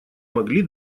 могли